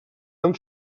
amb